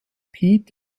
pete